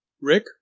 Rick